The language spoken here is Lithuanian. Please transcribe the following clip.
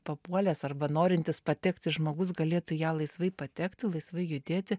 papuolęs arba norintis patekti žmogus galėtų į ją laisvai patekti laisvai judėti